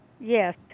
Yes